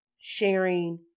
sharing